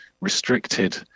restricted